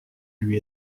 lui